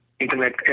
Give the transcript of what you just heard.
internet